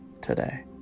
today